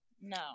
no